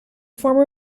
former